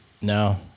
No